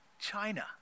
China